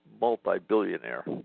multi-billionaire